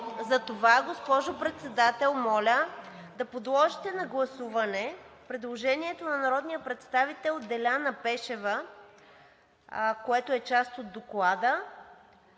Госпожо Председател, затова моля да подложите на гласуване предложението на народния представител Деляна Пешева, което е част от Доклада.